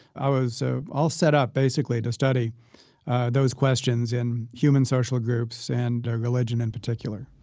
i was so all set up basically to study those questions in human social groups and religion in particular